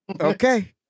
Okay